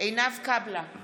עינב קאבלה,